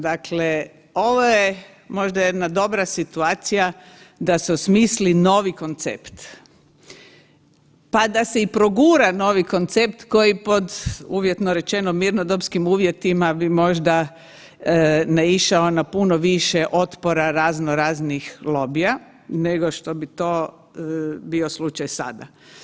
Dakle, ovo je možda jedna dobra situacija da se osmisli novi koncept pa da se i progura novi koncept koji pod uvjetno rečeno mirnodopskim uvjetima bi možda naišao na puno više otpora raznoraznih lobija nego što bi to bio slučaj sada.